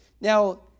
Now